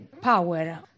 power